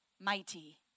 mighty